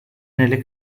nelle